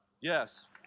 Yes